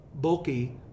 bulky